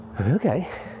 Okay